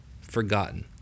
forgotten